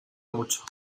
mucho